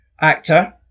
actor